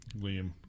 Liam